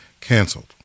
canceled